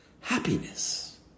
happiness